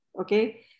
Okay